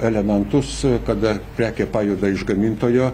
elementus kada prekė pajuda iš gamintojo